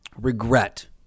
regret